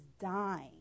dying